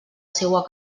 seua